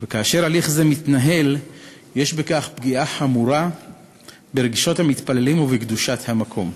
וכאשר הליך זה מתנהל יש בכך פגיעה חמורה ברגשות המתפללים ובקדושת המקום.